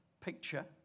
picture